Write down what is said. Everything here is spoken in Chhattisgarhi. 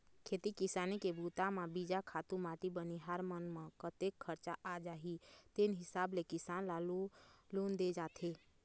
खेती किसानी के बूता म बीजा, खातू माटी बनिहार मन म कतेक खरचा आ जाही तेन हिसाब ले किसान ल लोन दे जाथे